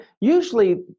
usually